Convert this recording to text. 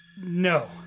No